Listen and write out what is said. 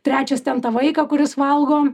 trečias ten tą vaiką kuris valgo